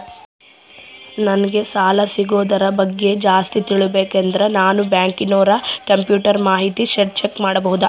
ನಂಗೆ ಸಾಲ ಸಿಗೋದರ ಬಗ್ಗೆ ಜಾಸ್ತಿ ತಿಳಕೋಬೇಕಂದ್ರ ನಾನು ಬ್ಯಾಂಕಿನೋರ ಕಂಪ್ಯೂಟರ್ ಮಾಹಿತಿ ಶೇಟ್ ಚೆಕ್ ಮಾಡಬಹುದಾ?